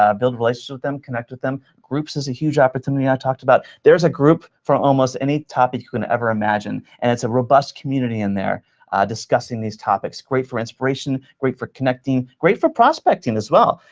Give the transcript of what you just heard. ah build relationships with them, connect with them. groups is a huge opportunity i talked about. there's a group for almost any topic you can ever imagine, and it's a robust community in there discussing these topics. great for inspiration, great for connecting, great for prospecting, as well.